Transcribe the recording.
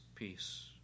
peace